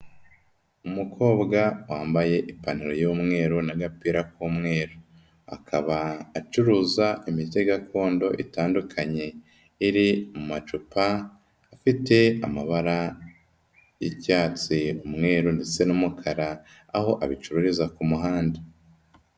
Umukobwa wambaye ipantaro y'umweru n'agapira k'umweru, akaba acuruza imiti gakondo itandukanye iri mu macupa afite amabara y'icyats, umweru ndetse n'umukara, aho abicururiza ku muhanda.